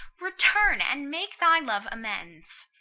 return, and make thy love amends.